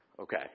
Okay